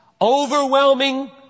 Overwhelming